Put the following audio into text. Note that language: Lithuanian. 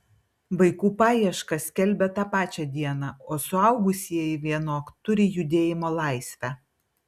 vaikų paiešką skelbia tą pačią dieną o suaugusieji vienok turi judėjimo laisvę